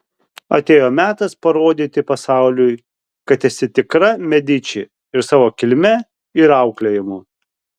atėjo metas parodyti pasauliui kad esi tikra mediči ir savo kilme ir auklėjimu